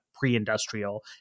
pre-industrial